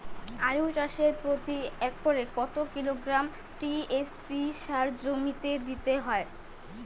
আলু চাষে প্রতি একরে কত কিলোগ্রাম টি.এস.পি সার জমিতে দিতে হয়?